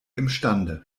imstande